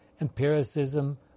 empiricism